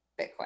Bitcoin